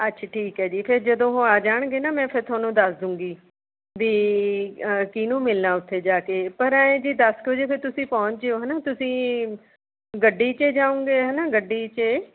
ਅੱਛਾ ਠੀਕ ਹੈ ਜੀ ਫ਼ਿਰ ਜਦੋਂ ਉਹ ਆ ਜਾਣਗੇ ਨਾ ਮੈਂ ਫ਼ਿਰ ਤੁਹਾਨੂੰ ਦੱਸ ਦੂਂਗੀ ਵੀ ਕਿਹਨੂੰ ਮਿਲਣਾ ਉੱਥੇ ਜਾ ਕੇ ਪਰ ਐਂ ਜੇ ਦਸ ਕੁ ਵਜੇ ਜੇ ਤੁਸੀਂ ਪਹੁੰਚ ਜਿਓ ਹੈ ਨਾ ਤੁਸੀਂ ਗੱਡੀ 'ਚ ਏ ਜਾਊਂਗੇ ਹੈ ਨਾ ਗੱਡੀ 'ਚ ਏ